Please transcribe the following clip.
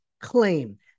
claim